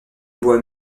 bois